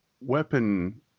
weapon